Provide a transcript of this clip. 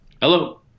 Hello